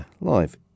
live